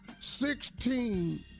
Sixteen